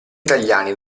italiani